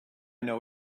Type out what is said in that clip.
know